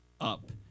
up